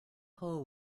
hole